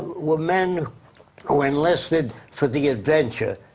were men who enlisted for the adventure.